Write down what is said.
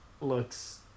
looks